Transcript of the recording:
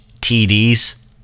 TDs